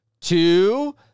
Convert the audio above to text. two